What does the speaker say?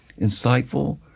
insightful